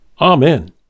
Amen